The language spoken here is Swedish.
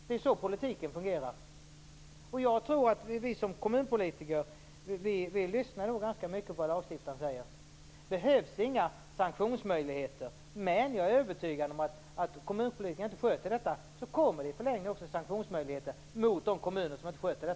Det är ju så politiken fungerar. Jag tror att vi som kommunpolitiker lyssnar ganska mycket på vad lagstiftaren säger. Det behövs inga sanktionsmöjligheter. Men jag är övertygad om att ifall kommunpolitikerna inte sköter detta så kommer i förlängningen också sanktionsmöjligheter mot de kommuner som inte sköter sig.